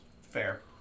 Fair